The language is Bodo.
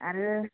आरो